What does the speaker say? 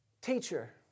teacher